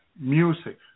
music